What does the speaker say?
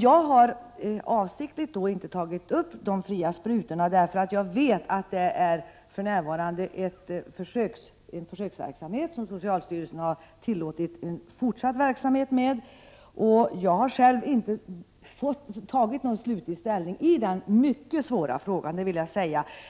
Jag har avsiktligt inte tagit upp de fria sprutorna till diskussion, eftersom jag vet att det för närvarande pågår en försöksverksamhet, som socialstyrelsen har givit fortsatt tillstånd till. Jag har själv inte tagit någon slutlig ställning i denna mycket svåra fråga.